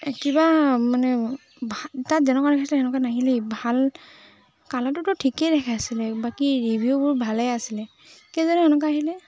কিবা মানে ভা তাত যেনেকুৱা দেখাইছিলে তেনেকুৱা নাহিলে ভাল কালাৰটোতো ঠিকেই দেখাইছিলে বাকী ৰিভিউবোৰ ভালেই আছিলে কিয় জানো এনেকুৱা আহিলে